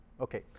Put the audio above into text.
okay